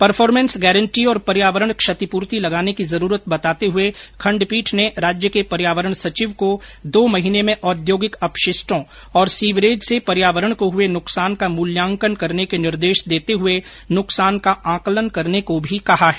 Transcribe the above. performance guarantee और पर्यावरण क्षतिपूर्ति लगाने की जरूरत बताते हुए खंडपीठ ने राज्य के पर्यावरण सचिव को दो महीने में औद्योगिक अपशिष्टों और सीवरेज से पर्यावरण को हुए नुकसान का मूल्यांकन करने के निर्देश देते हुए नुकसान का आकलन करने को भी कहा है